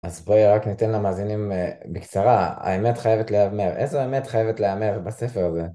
אז בואי רק ניתן למאזינים בקצרה, האמת חייבת להיאמר, איזו אמת חייבת להיאמר בספר הזה?